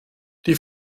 die